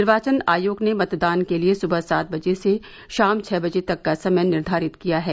निर्वाचन आयोग ने मतदान के लिये सुबह सात बजे से शाम छह बजे तक का समय निर्धारित किया है